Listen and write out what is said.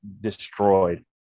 destroyed